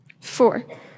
Four